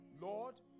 Lord